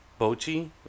Bochi